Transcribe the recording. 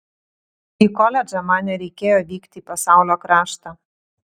į koledžą man nereikėjo vykti į pasaulio kraštą